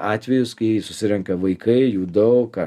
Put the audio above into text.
atvejus kai susirenka vaikai jų daug ką